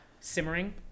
simmering